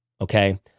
okay